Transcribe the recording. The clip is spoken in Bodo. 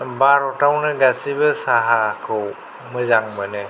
भारतावनो गासैबो साहाखौ मोजां मोनो